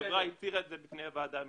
החברה הצהירה את זה בפני הוועדה המייעצת.